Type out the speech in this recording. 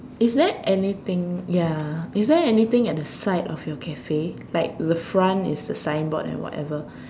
is there anything ya is there anything at the side of your cafe like the front is the signboard and whatever